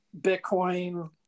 Bitcoin